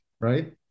Right